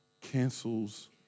cancels